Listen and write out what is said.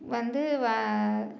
வந்து